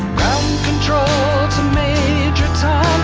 control to major tom,